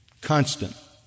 constant